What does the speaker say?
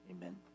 Amen